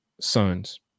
sons